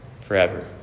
forever